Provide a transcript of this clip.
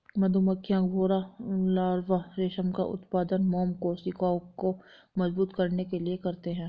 मधुमक्खियां, भौंरा लार्वा रेशम का उत्पादन मोम कोशिकाओं को मजबूत करने के लिए करते हैं